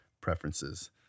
preferences